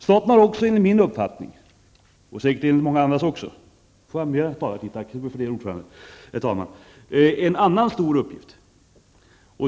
Staten har också enligt min uppfattning, och säkert även enligt många andras, en annan stor uppgift.